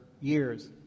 years